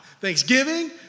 Thanksgiving